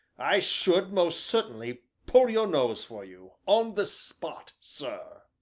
i should, most certainly, pull your nose for you on the spot, sir.